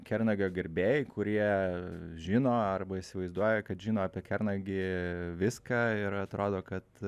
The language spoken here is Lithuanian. kernagio gerbėjai kurie žino arba įsivaizduoja kad žino apie kernagį viską ir atrodo kad